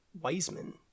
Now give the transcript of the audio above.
Wiseman